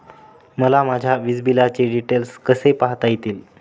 मला माझ्या वीजबिलाचे डिटेल्स कसे पाहता येतील?